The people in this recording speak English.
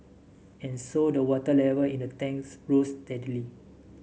and so the water level in the tanks rose steadily